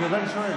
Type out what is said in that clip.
בגלל זה אני שואל.